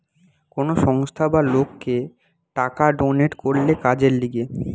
কোন সংস্থা বা লোককে টাকা ডোনেট করলে কাজের লিগে